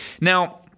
Now